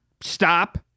stop